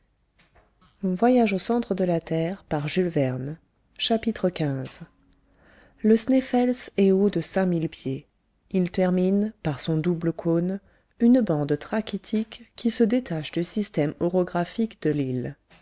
xv le sneffels est haut de cinq mille pieds il termine par son double cône une bande trachytique qui se détache du système orographique de l'île